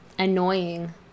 Annoying